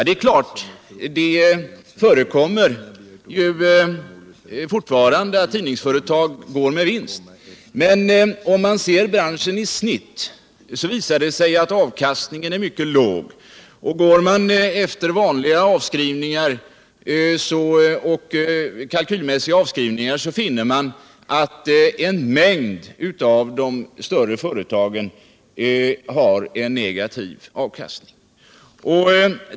Det är klart att det fortfarande förekommer att ett tidningsföretag går med vinst. Men om man ser på branschen i snitt visar det sig att avkastningen är mycket låg. Går man efter vanliga kalkylmässiga avskrivningar finner man att en mängd av de större företagen har en negativ avkastning.